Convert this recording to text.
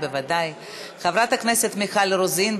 חברת הכנסת מיכל רוזין,